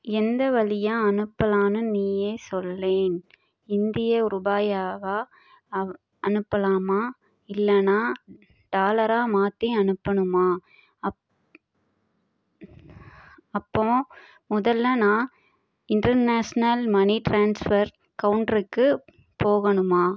எந்த வழியா அனுப்பலான்னு நீயே சொல்லேன் இந்திய ருபாயாவா அ அனுப்பலாமா இல்லைன்னா டாலராக மாற்றி அனுப்பணுமா அப் அப்போது முதலில் நான் இன்டர்நேஷனல் மணி ட்ரான்ஸ்ஃபர் கவுண்ட்ருக்கு போகணுமா